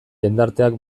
jendarteak